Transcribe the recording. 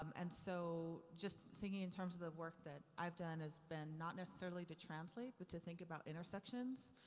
um and so, just thinking in terms of the work that i've done has been not necessarily to translate but to think about intersections.